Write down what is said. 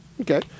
Okay